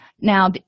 Now